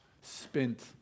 spent